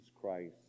Christ